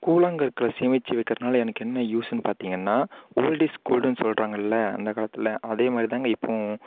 கூழாங்கற்களை சேமித்து வைக்கிறனால் எனக்கு என்ன யூஸ்ன்னு பார்த்தீங்கனா ஓல்ட் இஸ் கோல்டுனு சொல்கிறாங்கள்ல அந்தக் காலத்தில் அதே மாரிதாங்க இப்பவும்